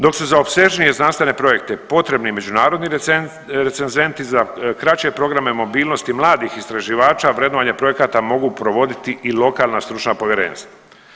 Dok su za opsežnije projekte potrebni međunarodni recenzenti za kraće programe mobilnosti mladih istraživača vrednovanje projekata mogu provoditi i lokalna stručna povjerenstva.